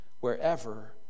wherever